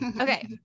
Okay